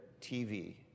TV